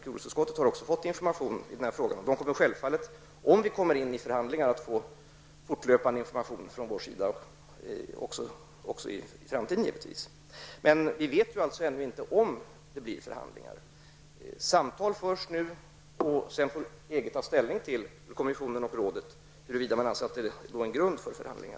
Jordbruksutskottet har också fått information i den här frågan och kommer självfallet, om vi kommer in i förhandlingar, att få fortlöpande information även i framtiden, men vi vet ju ännu inte om det blir förhandlingar. Samtal förs nu, och sedan får EG ta ställning till, i kommissionen och rådet, huruvida man anser att det är grund för förhandlingar.